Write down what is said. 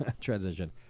Transition